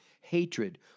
hatred